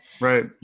right